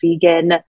vegan